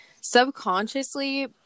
subconsciously